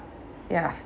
ya